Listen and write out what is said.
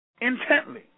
intently